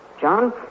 John